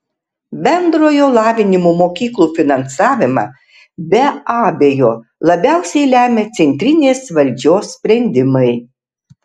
bendrojo lavinimo mokyklų finansavimą be abejo labiausiai lemia centrinės valdžios sprendimai